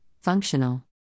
functional